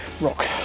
rock